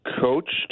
coached